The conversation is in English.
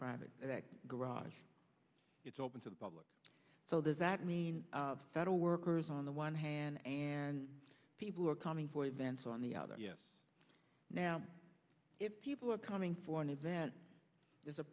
private garage it's open to the public so that means federal workers on the one hand and people are coming for events on the other yes now if people are coming for an event there's a